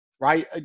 right